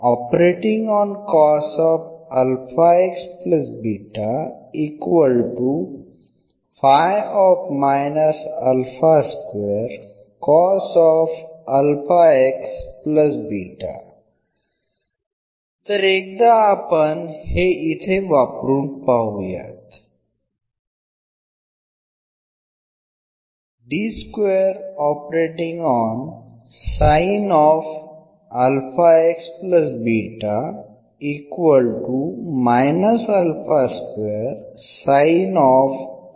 आणि तर एकदा आपण हे इथे वापरून पाहुयात